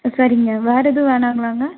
ஆ சரிங்க வேறெதும் வேணாங்கலாங்க